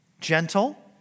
gentle